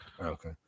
Okay